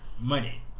money